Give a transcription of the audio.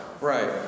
Right